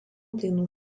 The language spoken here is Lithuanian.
dainų